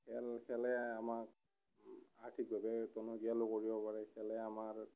খেল খেলে আমাক আৰ্থিকভাৱে টনকীয়ালো কৰিব পাৰে খেলে আমাৰ